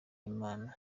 imana